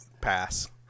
pass